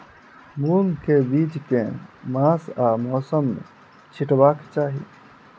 मूंग केँ बीज केँ मास आ मौसम मे छिटबाक चाहि?